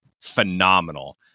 phenomenal